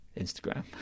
Instagram